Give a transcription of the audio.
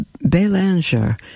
Belanger